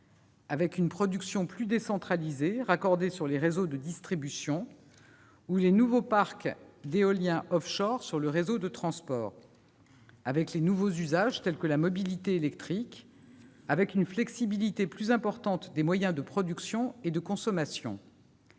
avec une production plus décentralisée, raccordée sur les réseaux de distribution ou les nouveaux parcs d'éolien offshore sur le réseau de transport ; avec les nouveaux usages, tels que la mobilité électrique ; avec une flexibilité plus importante des moyens de production et de consommation.